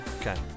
Okay